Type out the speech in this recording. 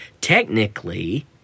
technically